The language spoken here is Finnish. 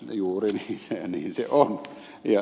juuri niin se on